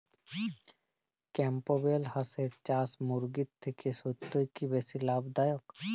Campbell হাঁসের চাষ মুরগির থেকে সত্যিই কি বেশি লাভ দায়ক?